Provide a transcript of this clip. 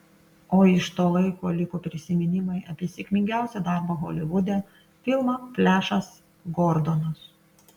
o iš to laiko liko prisiminimai apie sėkmingiausią darbą holivude filmą flešas gordonas